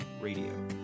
Radio